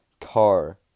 car